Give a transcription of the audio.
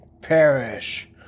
perish